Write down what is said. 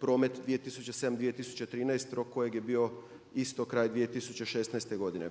promet 2007./2013. rok kojeg je bio isto kraj 2016. godine.